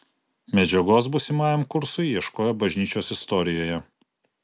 medžiagos būsimajam kursui ieškojo bažnyčios istorijoje